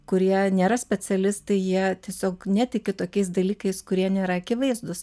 kurie nėra specialistai jie tiesiog netiki tokiais dalykais kurie nėra akivaizdus